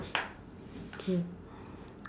okay